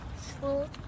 School